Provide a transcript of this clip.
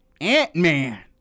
Ant-Man